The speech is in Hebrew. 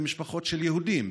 במשפחות של יהודים,